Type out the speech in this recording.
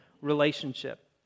relationship